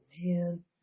man